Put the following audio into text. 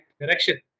direction